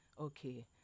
okay